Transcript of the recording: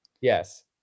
Yes